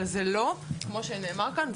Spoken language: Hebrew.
אבל זה לא כמו שנאמר כאן,